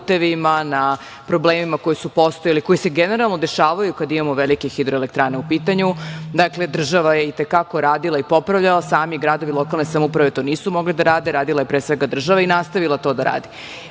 na problemima koji su postojali, koji se generalno dešavaju kada imamo velike hidroelektrane u pitanju. Dakle, država je i te kako radila i popravljala. Sami gradovi i lokalne samouprave to nisu mogle da rade. Radila je, pre svega, država i nastavila to da radi. Nisam